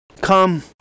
Come